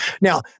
Now